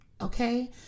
Okay